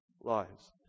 lives